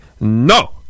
no